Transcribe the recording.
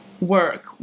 work